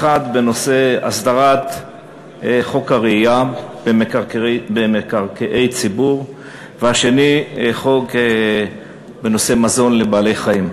האחד בנושא הסדרת הרעייה במקרקעי ציבור והשני בנושא מזון לבעלי-חיים.